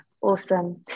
awesome